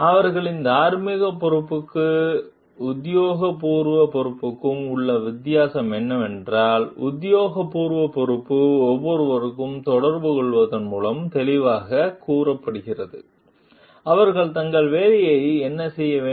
அவர்களின் தார்மீக பொறுப்புக்கும் உத்தியோகபூர்வ பொறுப்புக்கும் உள்ள வித்தியாசம் என்னவென்றால் உத்தியோகபூர்வ பொறுப்பு ஒருவருக்கு தொடர்புகொள்வதன் மூலம் தெளிவாகக் கூறப்படுகிறது அவர்கள் தங்கள் வேலையை என்ன செய்ய வேண்டும்